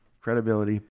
credibility